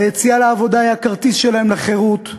היציאה לעבודה היא הכרטיס שלהם לחירות,